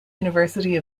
university